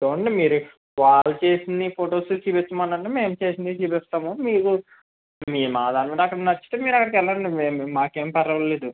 చూడండి మీరు వాళ్ళు చేసిన ఫోటోస్ చూపిచ్చమనండి మేము చేసినవి చూపిస్తాము మీకు మా దాని మీద అక్కడ నచ్చితే మీరు అక్కడికి ఎల్లండి మాకేం పర్వాలేదు